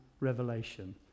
revelation